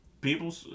people